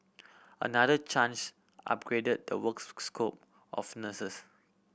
another change upgraded the works scope of nurses